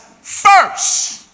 first